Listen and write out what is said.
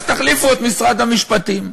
אז תחליפו את משרד המשפטים.